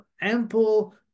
ample